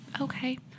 Okay